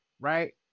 right